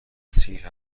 سیر